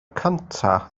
cyntaf